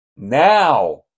Now